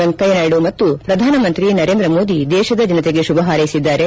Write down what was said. ವೆಂಕಯ್ಯನಾಯ್ದು ಮತ್ತು ಪ್ರಧಾನಮಂತ್ರಿ ನರೇಂದ್ರ ಮೋದಿ ದೇಶದ ಜನತೆಗೆ ಶುಭ ಹಾರೈಸಿದ್ದಾರೆ